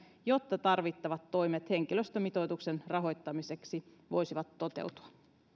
jotta tarvittavat toimet henkilöstömitoituksen rahoittamiseksi voisivat toteutua